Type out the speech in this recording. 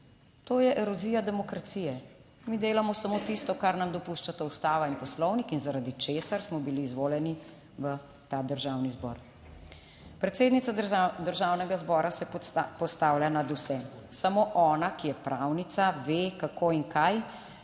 To je erozija demokracije. Mi delamo samo tisto kar nam dopušča ta Ustava in Poslovnik in zaradi česar smo bili izvoljeni v ta Državni zbor. Predsednica Državnega zbora se postavlja nad vse, samo ona, ki je pravnica ve kako in kaj